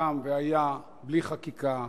קם והיה, בלי חקיקה,